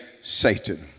Satan